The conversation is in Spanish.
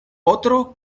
otro